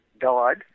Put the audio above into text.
died